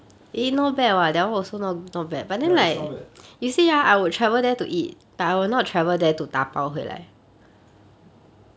ya is not bad